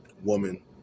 woman